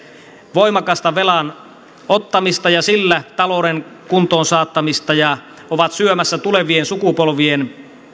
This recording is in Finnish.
voimakasta velan ottamista ja sillä talouden kuntoon saattamista ja ovat syömässä tulevien sukupolvien